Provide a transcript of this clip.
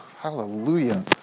hallelujah